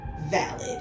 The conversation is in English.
valid